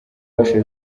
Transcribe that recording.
basoje